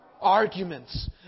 Arguments